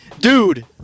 Dude